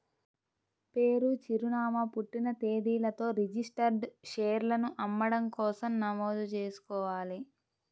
పేరు, చిరునామా, పుట్టిన తేదీలతో రిజిస్టర్డ్ షేర్లను అమ్మడం కోసం నమోదు చేసుకోవాలి